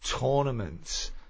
tournaments